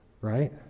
right